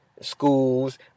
schools